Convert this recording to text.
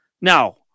Now